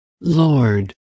Lord